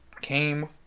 came